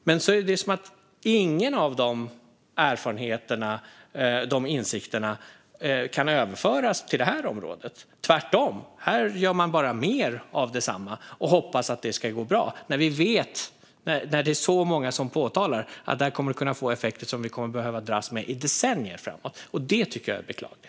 Det är som att ingen av de erfarenheterna - insikterna - kan överföras till detta område. Tvärtom gör man bara mer av detsamma och hoppas att det ska gå bra. Men det är många som påpekar att detta kan få effekter som vi kommer att behöva dras med i decennier framåt. Detta tycker jag är beklagligt.